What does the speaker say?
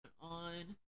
on